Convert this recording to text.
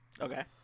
Okay